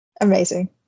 Amazing